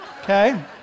okay